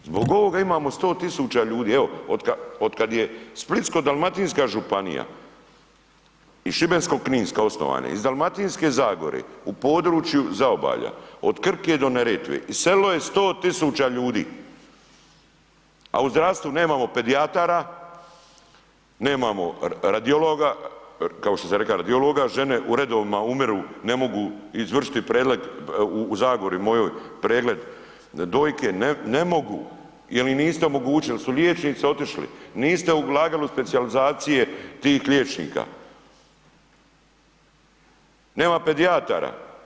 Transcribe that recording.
Zbog ovoga imamo 100.000 ljudi, evo od kada je Splitsko-dalmatinska županija i Šibensko-kninska osnovane iz Dalmatinske zagore u području Zaobalja od Krke do Neretve iselilo je 100.000 ljudi, a u zdravstvu nemamo pedijatara, nemamo radiologa, kao što sam rekao radiologa žene u redovima umiru ne mogu izvršiti pregled u Zagori mojoj pregled dojke, ne mogu jel im niste omogućili jel su liječnici otišli. niste ulagali u specijalizacije tih liječnika, nema pedijatara.